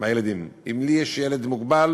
ולנסות לראות אם יש רישומים כלשהם,